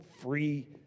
free